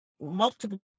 multiple